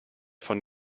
von